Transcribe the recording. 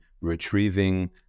retrieving